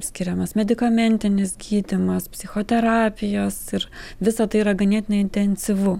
skiriamas medikamentinis gydymas psichoterapijos ir visa tai yra ganėtinai intensyvu